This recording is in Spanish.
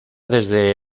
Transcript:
desde